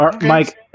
Mike